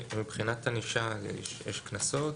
ומבחינת ענישה יש קנסות?